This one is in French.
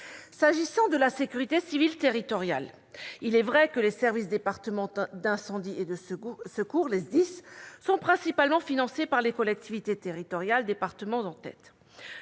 S'agissant de la sécurité civile territoriale, il est vrai que les services départementaux d'incendie et de secours, les SDIS, sont principalement financés par les collectivités territoriales, départements en tête.